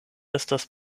estas